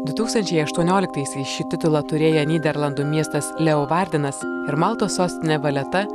du tūkstančiai aštuonioliktaisiais šį titulą turėję nyderlandų miestas leovardinas ir maltos sostinė valeta